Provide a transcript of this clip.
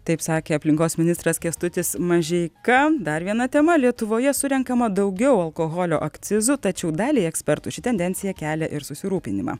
taip sakė aplinkos ministras kęstutis mažeika dar viena tema lietuvoje surenkama daugiau alkoholio akcizų tačiau daliai ekspertų ši tendencija kelia ir susirūpinimą